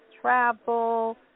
travel